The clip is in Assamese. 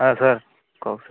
হয় ছাৰ কওক